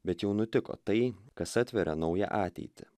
bet jau nutiko tai kas atveria naują ateitį